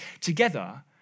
together